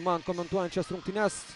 man komentuojant šias rungtynes